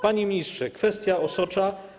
Panie ministrze, kwestia osocza.